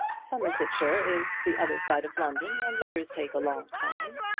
somersetshire is the other side of london, and letters take a long time.